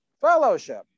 fellowship